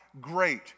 great